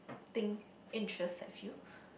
think interest I feel